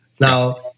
Now